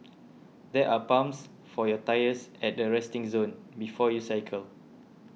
there are pumps for your tyres at the resting zone before you cycle